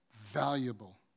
valuable